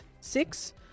six